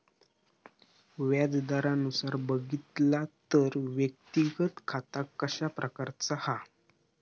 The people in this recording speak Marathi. व्याज दरानुसार बघितला तर व्यक्तिगत खाता कशा प्रकारचा हा?